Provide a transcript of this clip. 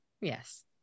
Yes